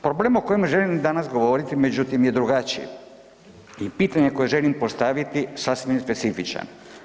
Problem o kojem želim danas govorit međutim, je drugačiji i pitanje koje želim postaviti sasvim je specifičan.